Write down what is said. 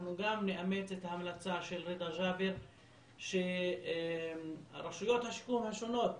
אנחנו גם נאמץ את ההמלצה של רדא ג'אבר שרשויות השיקום השונות